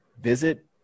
visit